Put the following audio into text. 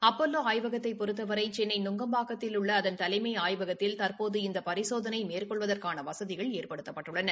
Apollo ஆய்வகத்தைப் பொறுத்தவரை சென்னை நுங்கம்பாக்கத்தில் உள்ள அதன் தலைமை ஆய்வகத்தில் தற்போது இந்த பரிசோதனை மேற்கொள்வதற்னா வசதிகள் ஏற்படுத்தப்பட்டுள்ளன